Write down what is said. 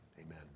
Amen